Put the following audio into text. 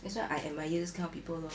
that's why I admire those kind of people lor